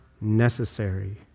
necessary